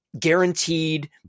guaranteed